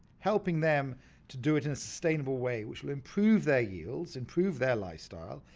helping them to do it in a sustainable way which will improve their yields, improve their lifestyle,